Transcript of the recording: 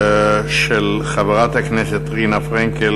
שאילתה של חברת הכנסת רינה פרנקל,